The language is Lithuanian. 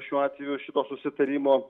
šiuo atveju šito susitarimo